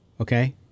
okay